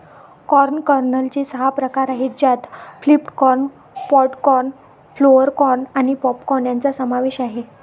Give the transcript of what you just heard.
corn कर्नलचे सहा प्रकार आहेत ज्यात flint corn, pod corn, flour corn आणि पॉप कॉर्न यांचा समावेश आहे